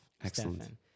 excellent